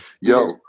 yo